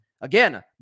Again